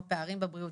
הבריאות.